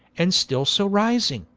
and still so rising,